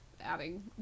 adding